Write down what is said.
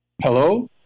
Hello